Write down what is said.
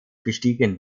bestiegen